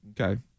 Okay